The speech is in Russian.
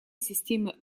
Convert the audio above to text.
системы